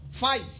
Fight